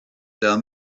down